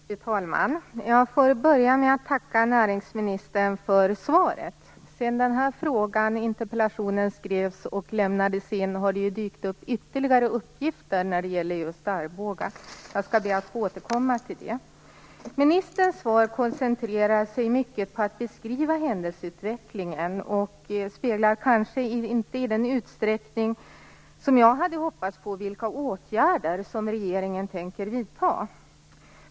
Fru talman! Jag får börja med att tacka näringsministern för svaret. Sedan den här interpellationen skrevs och lämnades in har det dykt upp ytterligare uppgifter när det gäller just Arboga. Jag skall be att få återkomma till det. Ministerns svar är till stor del koncentrerat på en beskrivning av händelseutvecklingen. Det speglar kanske inte i den utsträckning jag hade hoppats på vilka åtgärder som regeringen tänker vidta.